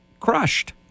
crushed